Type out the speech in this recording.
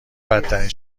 بدترین